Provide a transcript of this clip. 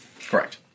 Correct